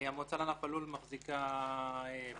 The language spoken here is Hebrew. המועצה לענף הלול מחזיקה פקחים